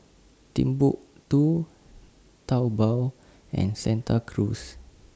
Timbuk two Taobao and Santa Cruz